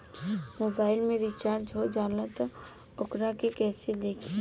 Mobile में recharge हो जाला त वोकरा के कइसे देखी?